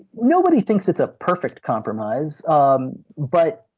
nobody thinks it's a perfect compromise. um but